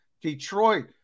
Detroit